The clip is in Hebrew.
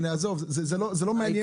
עזוב, זה לא מעניין.